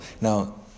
Now